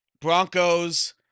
Broncos